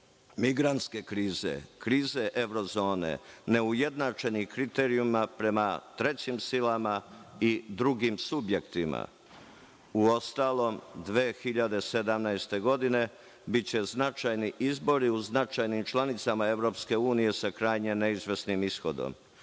migrantske krize, krize evro-zone, neujednačenih kriterijuma prema trećim silama i drugim subjektima. Uostalom, 2017. godine biće značajni izbori u značajnim članicama EU, sa krajnje neizvesnim ishodom. Uvaženi